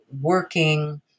working